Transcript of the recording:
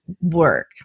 work